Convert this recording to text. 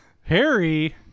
Harry